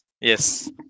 Yes